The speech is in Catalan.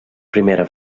primera